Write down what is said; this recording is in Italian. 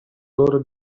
loro